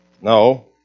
No